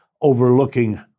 overlooking